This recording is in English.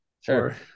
Sure